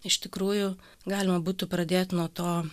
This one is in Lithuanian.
iš tikrųjų galima būtų pradėt nuo to